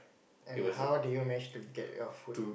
and how did you manage to get your food